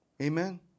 amen